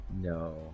no